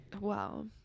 Wow